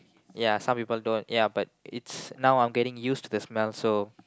ya some people don't ya but it's now I'm getting used to the smell so